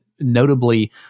notably